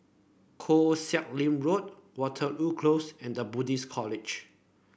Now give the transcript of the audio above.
Koh Sek Lim Road Waterloo Close and The Buddhist College